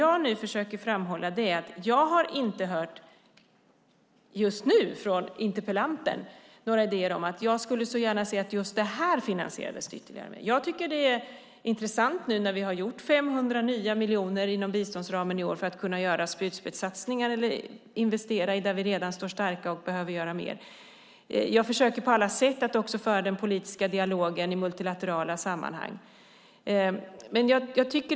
Jag försöker framhålla att jag just nu från interpellanten inte har hört några idéer om att någon viss sak ska finansieras ytterligare. Nu när vi har skapat 500 nya miljoner inom biståndsramen i år för spjutspetssatsningar eller investeringar där vi redan står starka och behöver göra mer försöker jag på alla sätt föra den politiska dialogen i multilaterala sammanhang.